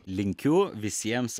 linkiu visiems